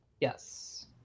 Yes